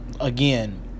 again